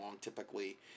typically